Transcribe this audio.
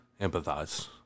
empathize